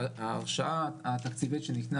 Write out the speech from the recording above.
ההרשאה התקציבית שניתנה,